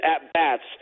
at-bats